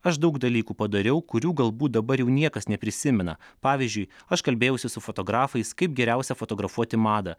aš daug dalykų padariau kurių galbūt dabar jau niekas neprisimena pavyzdžiui aš kalbėjausi su fotografais kaip geriausia fotografuoti madą